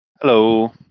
Hello